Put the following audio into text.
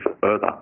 further